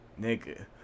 nigga